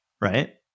right